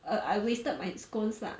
err I wasted my scones lah